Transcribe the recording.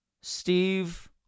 Steve